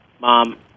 mom